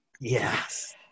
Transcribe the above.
Yes